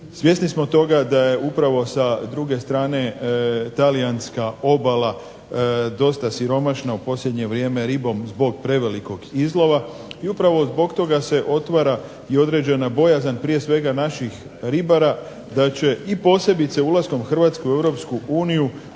svjesni smo toga da je upravo sa druge strane talijanska obala dosta siromašna u posljednje vrijeme ribom zbog prevelikog izlova, i upravo zbog toga se otvara i određena bojazan, prije svega naših ribara da će i posebice ulaskom Hrvatske u Europsku uniju